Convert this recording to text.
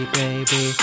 baby